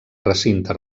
recinte